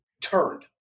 turned